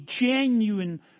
Genuine